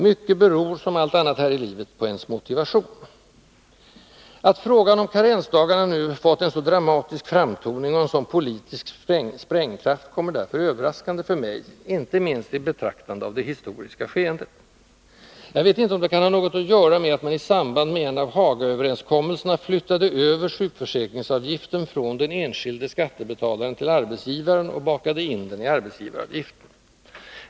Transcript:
Mycket beror, som allt annat här i livet, på ens motivation. Att frågan om karensdagarna nu fått en så dramatisk framtoning och en sådan politisk sprängkraft kommer därför överraskande för mig — inte minst i betraktande av det historiska skeendet. Jag vet inte om det kan ha något att göra med att man i samband med en av Hagaöverenskommelserna flyttade över sjukförsäkringsavgiften från den enskilde skattebetalaren till arbetsgivaren och bakade in den i arbetsgivaravgiften.